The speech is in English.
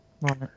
Right